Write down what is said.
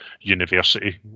university